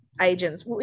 agents